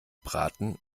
braten